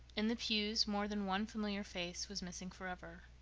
in the pews more than one familiar face was missing forever.